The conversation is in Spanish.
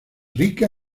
rica